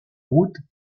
route